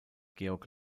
georg